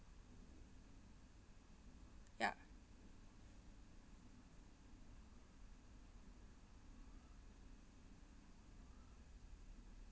ya